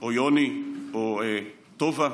או יוני או טובה?